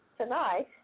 Tonight